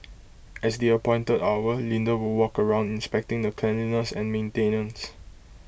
as the appointed hour Linda would walk around inspecting the cleanliness and maintenance